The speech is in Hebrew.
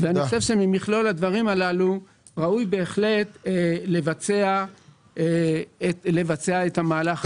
אני חושב שממכלול הדברים הללו ראוי בהחלט לבצע את המהלך הזה.